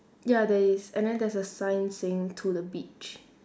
ya there is and then there's a sign saying to the beach